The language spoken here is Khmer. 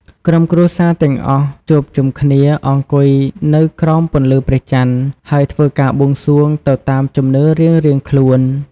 ក្រុមគ្រួសារទាំងអស់ជួបជុំគ្នាអង្គុយនៅក្រោមពន្លឺព្រះច័ន្ទ ហើយធ្វើការបួងសួងទៅតាមជំនឿរៀងៗខ្លួន។